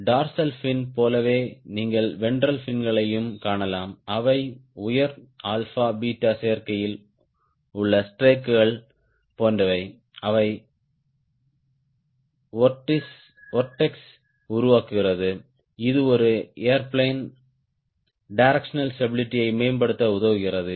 dorsal fin போலவே நீங்கள் ventral ஃபின்களையும் காணலாம் அவை உயர் α β சேர்க்கையில் உள்ள ஸ்ட்ரேக்குகள் போன்றவை அவை வொர்ட்ஸ் உருவாக்குகின்றன இது ஒரு ஏர்பிளேன் டிரெக்ஷனல் ஸ்டாபிளிட்டி யை மேம்படுத்த உதவுகிறது